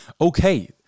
Okay